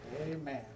Amen